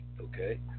Okay